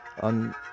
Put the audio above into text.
on